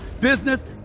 business